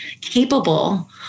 capable